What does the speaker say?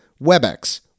WebEx